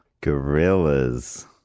Gorillas